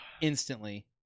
instantly